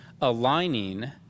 aligning